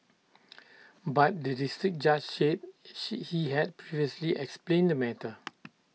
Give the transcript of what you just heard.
but the District Judge said she he had previously explained the matter